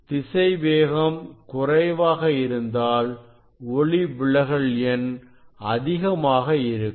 திசை வேகம் குறைவாக இருந்தால் ஒளிவிலகல் எண் அதிகமாக இருக்கும்